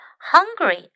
Hungry